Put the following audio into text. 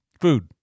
Food